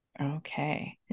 Okay